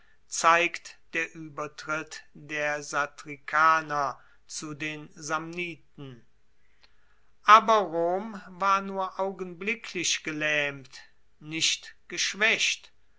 zeigt der uebertritt der satricaner zu den samniten aber rom war nur augenblicklich gelaehmt nicht geschwaecht